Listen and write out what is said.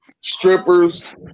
strippers